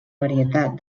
varietat